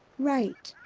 right.